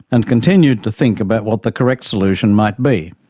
and continued to think about what the correct solution might be.